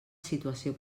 situació